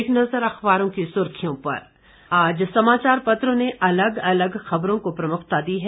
एक नज़र अखबारों की सुर्खियों पर आज समाचार पत्रों ने अलग अलग ख़बर को प्रमुखता दी है